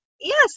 Yes